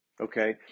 Okay